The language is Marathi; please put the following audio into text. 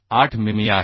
8 मिमी आहे